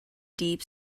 deep